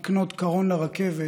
לקנות קרון לרכבת,